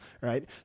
right